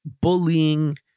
bullying